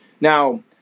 Now